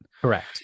Correct